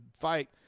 fight